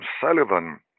Sullivan